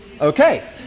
Okay